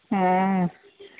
हा